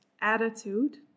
attitude